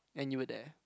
and you were there